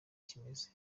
kimeze